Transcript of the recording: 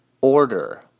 Order